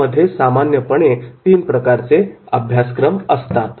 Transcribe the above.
यामध्ये सामान्यपणे तीन प्रकारचे अभ्यासक्रम असतात